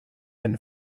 been